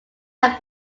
have